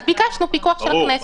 אז ביקשנו פיקוח של הכנסת.